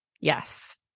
Yes